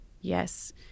Yes